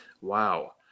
Wow